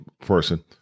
person